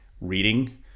reading